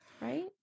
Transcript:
right